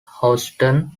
houston